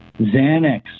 Xanax